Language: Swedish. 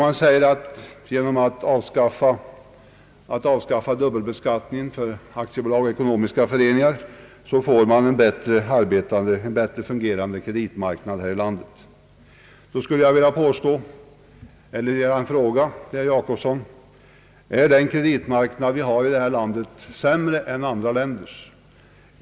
Man säger att genom att avskaffa dubbelbeskattningen för aktiebolag och ekonomiska föreningar får vi en bättre fungerande kreditmarknad här i landet. Då skulle jag vilja fråga herr Gösta Jacobsson: Är vår kreditmarknad sämre än andra länders?